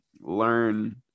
learn